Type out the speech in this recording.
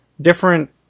different